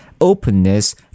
openness